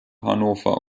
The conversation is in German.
hannover